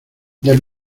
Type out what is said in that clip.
del